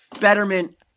betterment